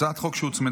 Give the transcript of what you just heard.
הצעת חוק שהוצמדה,